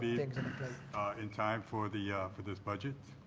be in time for the ah for this budget?